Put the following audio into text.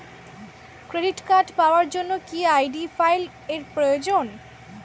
Credit card পাওয়ার জন্য কি আই.ডি ফাইল এর প্রয়োজন?